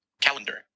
Calendar